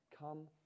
Come